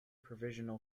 provisional